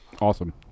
awesome